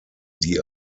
die